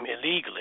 illegally